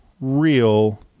real